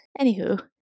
Anywho